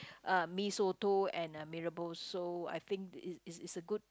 uh Mee-Soto and uh Mee-Rebus so I think it it's it's a good